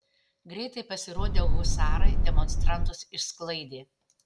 greitai pasirodę husarai demonstrantus išsklaidė